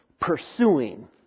pursuing